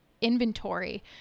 inventory